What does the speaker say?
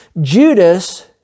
Judas